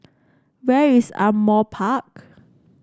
where is Ardmore Park